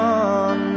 on